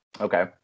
Okay